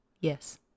Yes